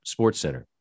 SportsCenter